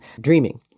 dreaming